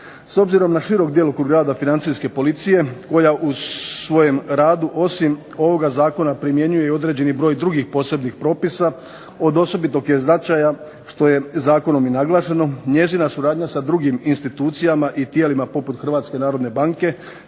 S obzirom na širok djelokrug rada financijske policije, koja u svojem radu osim ovoga zakona primjenjuje i određeni broj drugih posebnih propisa, od osobitog je značaja, što je zakonom i naglašeno, njezina suradnja sa drugim institucijama i tijelima poput Hrvatske narodne banke,